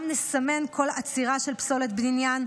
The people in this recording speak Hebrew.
גם נסמן כל עצירה של פסולת בניין,